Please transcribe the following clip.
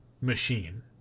machine